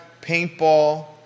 paintball